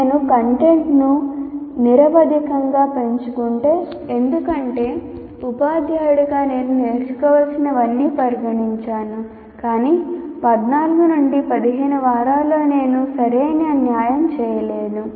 నేను కంటెంట్ను నిరవధికంగా పెంచుకుంటే ఎందుకంటే ఉపాధ్యాయుడిగా నేను నేర్చుకోవలసినవన్నీ పరిగణించాను కాని 14 నుండి 15 వారాలలో నేను సరైన న్యాయం చేయలేను